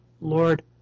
Lord